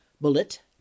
Bullet